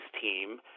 team